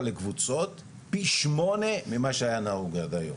לקבוצות פי שמונה ממה שהיה נהוג עד היום.